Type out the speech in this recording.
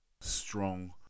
strong